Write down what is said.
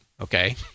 okay